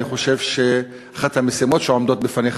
אני חושב שאחת המשימות שעומדות בפניך